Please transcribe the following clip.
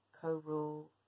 co-rule